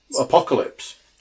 Apocalypse